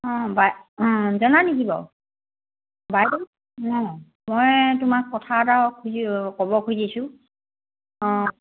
অঁ অঁ অঞ্জনা নিকি বাৰু অঁ মই তোমাক কথা এটা ক'ব খুজিছোঁ অঁ